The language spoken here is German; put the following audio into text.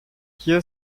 hier